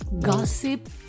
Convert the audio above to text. gossip